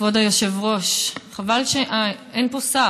כבוד היושב-ראש, אין פה שר.